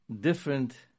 different